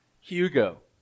Hugo